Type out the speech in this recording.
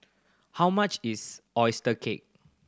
how much is oyster cake